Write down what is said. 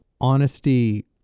honesty